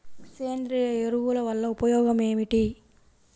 సేంద్రీయ ఎరువుల వల్ల ఉపయోగమేమిటీ?